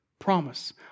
promise